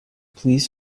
please